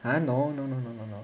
!huh! no no no no no no